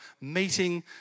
meeting